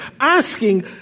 asking